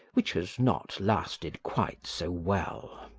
which has not lasted quite so well.